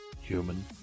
human